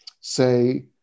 say